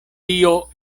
tio